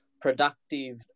productive